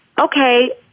okay